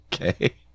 Okay